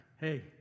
Hey